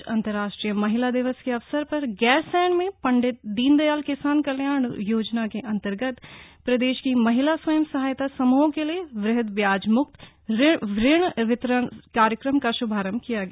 आज अन्तरराष्ट्रीय महिला दिवस के अवसर ग्रासेंण में पंडित दीनदयाल किसान कल्याण योजना के अन्तर्गत प्रदेश की महिला स्वयं सहायता समुहों के लिए वृहद ब्याज मुक्त ऋण वितरण कार्यक्रम का श्भांरभ किया गया